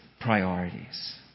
priorities